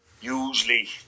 usually